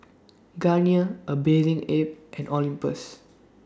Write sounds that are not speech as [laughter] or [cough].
Garnier A Bathing Ape and Olympus [noise]